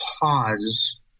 pause